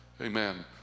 Amen